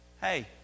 Hey